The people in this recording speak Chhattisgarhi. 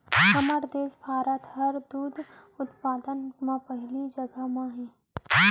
हमर देस भारत हर दूद उत्पादन म पहिली जघा म हे